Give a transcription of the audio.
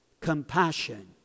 compassion